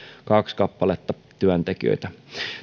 kaksi kappaletta työntekijöitä